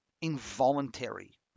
involuntary